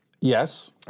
Yes